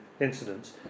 incidents